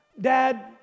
Dad